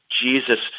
Jesus